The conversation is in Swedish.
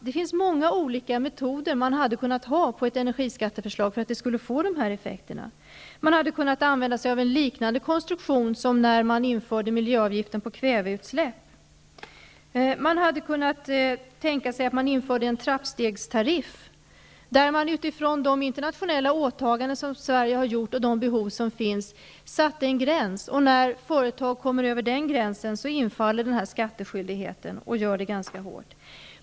Det finns många olika metoder när det gäller att åstadkomma ett energiskatteförslag som får nämnda effekter: Man kunde ha använt sig av en konstruktion liknande den som användes när miljöavgiften på kväveutsläpp infördes. Man kunde ha tänkt sig ett införande av en trappstegstariff. Utifrån de internationella åtaganden som Sverige har gjort och de behov som finns skulle man fastställa en gräns. När företag överskrider den gränsen infaller skattskyldigheten -- och ganska kraftigt.